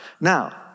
Now